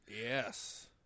Yes